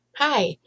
Hi